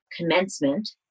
commencement